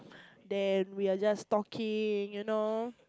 then we are just talking you know